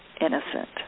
innocent